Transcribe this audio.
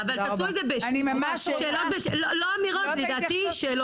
אבל תעשו את זה לא אמירות, שאלות.